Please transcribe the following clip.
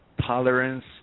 Tolerance